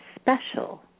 special